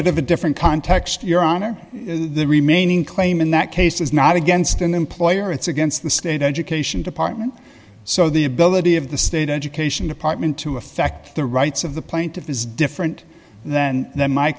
bit of a different context your honor the remaining claim in that case is not against an employer it's against the state education department so the ability of the state education department to affect the rights of the plaintiff is different than the my